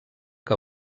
que